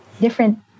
different